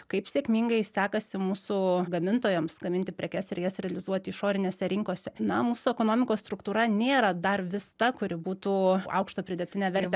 kaip sėkmingai sekasi mūsų gamintojams gaminti prekes ir jas realizuoti išorinėse rinkose na mūsų ekonomikos struktūra nėra dar vis ta kuri būtų aukštą pridėtinę vertę